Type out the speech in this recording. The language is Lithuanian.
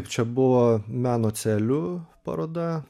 čia buvo meno celių paroda